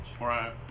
Right